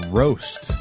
roast